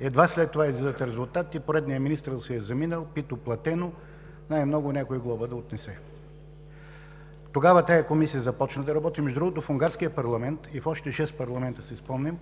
едва след това излизат резултатите, поредният министър си е заминал – пито/платено, най-много някоя глоба да отнесе. Тогава тази комисия започна да работи. Между другото, в унгарския парламент и в още шест парламента, си спомням,